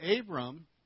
Abram